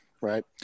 right